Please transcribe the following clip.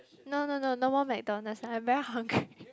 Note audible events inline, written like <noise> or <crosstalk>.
no no no no more McDonalds I'm very hungry <noise>